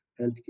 healthcare